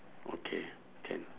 okay can